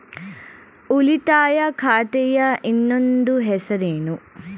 ಉಳಿತಾಯ ಖಾತೆಯ ಇನ್ನೊಂದು ಹೆಸರೇನು?